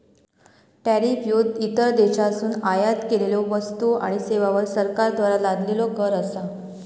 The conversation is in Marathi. टॅरिफ ह्यो इतर देशांतसून आयात केलेल्यो वस्तू आणि सेवांवर सरकारद्वारा लादलेलो कर असा